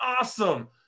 awesome